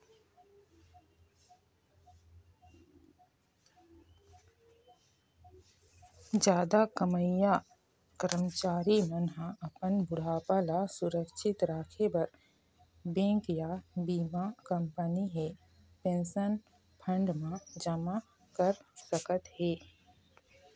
जादा कमईया करमचारी मन ह अपन बुढ़ापा ल सुरक्छित राखे बर बेंक या बीमा कंपनी हे पेंशन फंड म जमा कर सकत हे